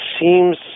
seems